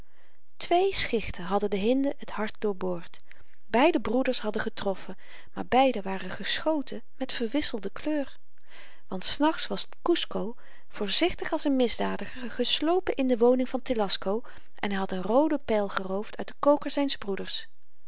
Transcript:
twee schichten hadden de hinde het hart doorboord beide broeders hadden getroffen maar beiden hadden geschoten met verwisselde kleur want s nachts was kusco voorzichtig als n misdadiger geslopen in de woning van telasco en hy had een rooden pyl geroofd uit den koker zyns broeders